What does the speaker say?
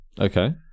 okay